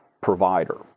provider